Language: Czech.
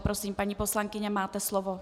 Prosím, paní poslankyně, máte slovo.